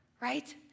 right